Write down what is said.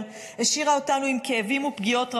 השאירה אותנו עם כאבים ופגיעות רבות,